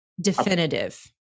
Definitive